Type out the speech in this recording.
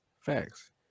Facts